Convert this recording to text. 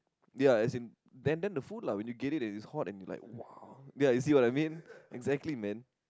ya as in then then the food lah when you get it and it's hot and you're like !wow! ya you see what I mean exactly man